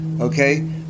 Okay